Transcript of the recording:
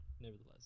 Nevertheless